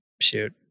shoot